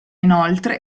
inoltre